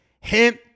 hint